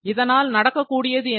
இதனால் நடக்கக் கூடியது என்ன